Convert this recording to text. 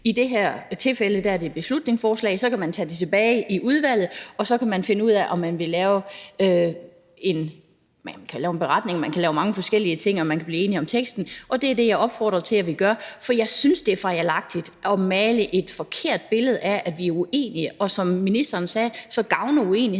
I det her tilfælde er det et beslutningsforslag, og så kan man tage det tilbage i udvalget, og så kan man finde ud af, om man vil lave en beretning – man kan lave mange forskellige ting – hvis man kan blive enige om teksten. Det er det, jeg opfordrer til at vi gør, for jeg synes, det er fejlagtigt at male et billede af, at vi er uenige. Som ministeren sagde, gavner uenigheden